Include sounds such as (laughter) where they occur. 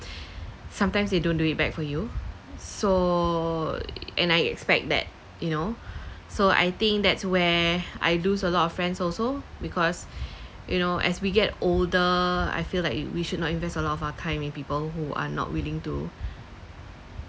(breath) sometimes they don't do it back for you so and I expect that you know (breath) so I think that's where I lose a lot of friends also because (breath) you know as we get older I feel like we should not invest a lot of our time in people who are not willing to